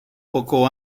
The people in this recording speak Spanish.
poco